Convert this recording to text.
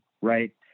right